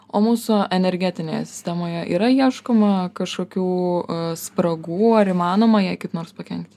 o mūsų energetinėje sistemoje yra ieškoma kažkokių spragų ar įmanoma jai kaip nors pakenkti